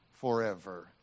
forever